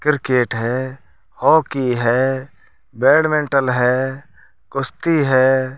cricket है hockey है badminton है कुश्ती है